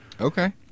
Okay